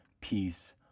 peace